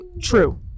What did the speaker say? true